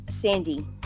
Sandy